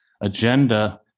agenda